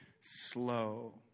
slow